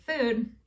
Food